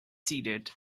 seated